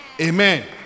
Amen